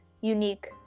unique